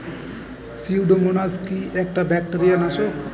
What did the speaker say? Pseudomonas কি একটা bacteria নাশক?